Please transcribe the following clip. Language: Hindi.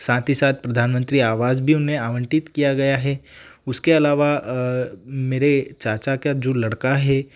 साथ ही साथ प्रधानमंत्री आवास भी उन्हें आवंटित किया गया है उसके अलावा मेरे चाचा का जो लड़का है